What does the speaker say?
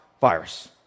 virus